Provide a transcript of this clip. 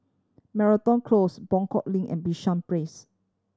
Moreton Close Buangkok Link and Bishan Place